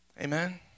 Amen